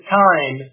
time